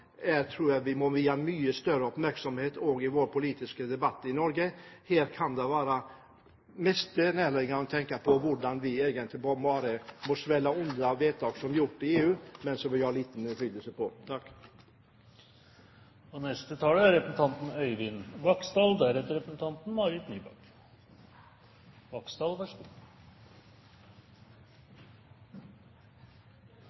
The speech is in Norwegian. tror jeg vi må vie mye større oppmerksomhet også i vår politiske debatt i Norge. Det mest nærliggende er å tenke på hvordan vi bare må svelge unna vedtak som er gjort i EU, som vi har liten innflytelse på. Aktivitetsnivået i Europarådets parlamentarikerforsamling var også i 2009 høyt, og